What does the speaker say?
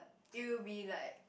it will be like